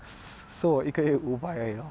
so 我一个月五百而已 lor